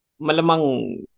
malamang